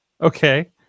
okay